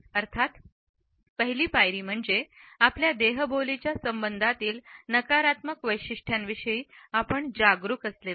अर्थात पहिली पायरी म्हणजे आपल्या देहबोलीचा संबंधातील नकारात्मक वैशिष्ट्यांविषयी आपण जागरूक असले पाहिजे